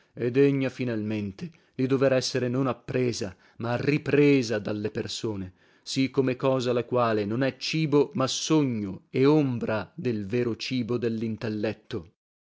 e degna finalmente di dovere essere non appresa ma ripresa dalle persone sì come cosa la quale non è cibo ma sogno e ombra del vero cibo dellintelletto